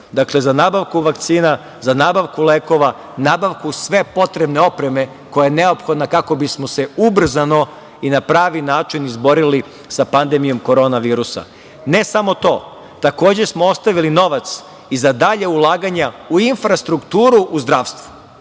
Dakle, za nabavku vakcina, za nabavku lekova, nabavku potrebne opreme koja je neophodna kako bismo se ubrzano i na pravi način izborili sa pandemijom korona virusa. Ne samo to, takođe smo ostavili novac i za dalja ulaganja u infrastrukturu u zdravstvu.